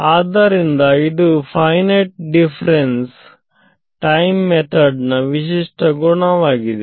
ಆದ್ದರಿಂದ ಇದು finite difference time method ನ ವಿಶಿಷ್ಟ ಗುಣವಾಗಿದೆ